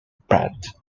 pratt